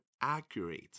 accurate